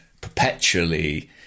perpetually